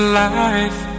life